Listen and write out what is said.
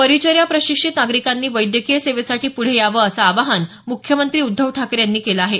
परिचर्या प्रशिक्षित नागरिकांनी वैद्यकीय सेवेसाठी पुढे यावं असं आवाहन मुख्यमंत्री उद्धव ठाकरे यांनी केलं आहे